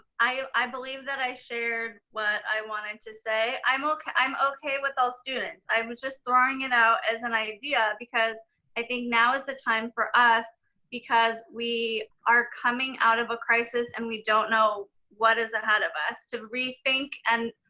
i ah i believe that i shared what i wanted to say, i'm okay. i'm okay with all students. i was just throwing it out as an idea, because i think now is the time for us because we are coming out of a crisis and we don't know what is ahead of us, to rethink and